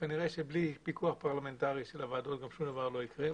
כנראה שבלי פיקוח פרלמנטרי של הוועדות גם שום דבר לא יקרה.